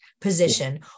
position